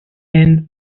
and